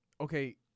Okay